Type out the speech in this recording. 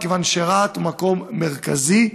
מכיוון שרהט היא מקום מרכזי,